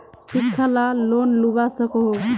शिक्षा ला लोन लुबा सकोहो?